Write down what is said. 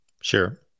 Sure